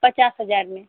पचास हजार में